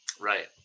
Right